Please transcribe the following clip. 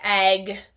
egg